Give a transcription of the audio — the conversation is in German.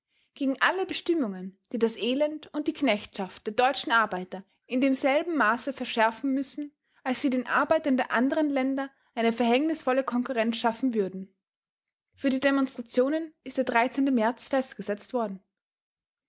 gegen alle bestimmungen die das elend und die knechtschaft der deutschen arbeiter in demselben maße verschärfen müssen als sie den arbeitern der andern länder eine verhängnisvolle konkurrenz schaffen würden für die demonstrationen ist der märz festgesetzt worden